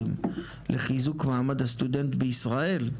יש 19 מכללות לחינוך בישראל,